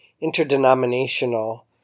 interdenominational